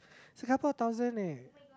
Singapore thousand eh